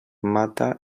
mata